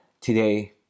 today